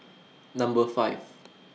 Number five